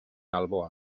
alboan